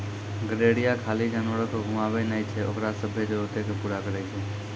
गरेरिया खाली जानवरो के घुमाबै नै छै ओकरो सभ्भे जरुरतो के पूरा करै छै